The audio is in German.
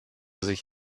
sich